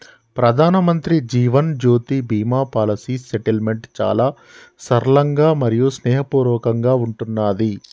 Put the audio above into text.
ప్రధానమంత్రి Jeevan Jyoti Bima policy settlement చాలా సరళంగా మరియు స్నేహపూర్వకంగా ఉంటున్నాది